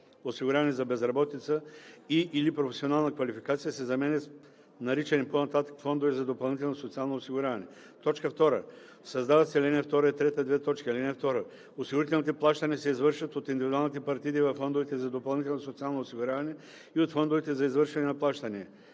осигуряване за безработица и/или професионална квалификация“ се заменят с „наричани по-нататък „фондове за допълнително социално осигуряване“. 2. Създават се ал. 2 и 3: „(2) Осигурителните плащания се извършват от индивидуалните партиди във фондовете за допълнително социално осигуряване и от фондовете за извършване на плащания.